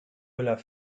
müller